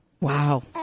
Wow